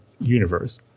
universe